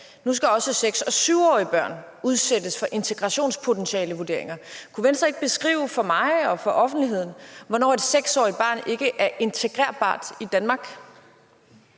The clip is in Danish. Nu skal også 6- og 7-årige børn udsættes for integrationspotentialevurderinger. Kunne Venstre ikke for mig og for offentligheden beskrive, hvornår et 6-årigt barn ikke er integrerbart i Danmark?